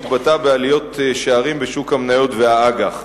שהתבטא בעליות שערים בשוק המניות והאג"ח.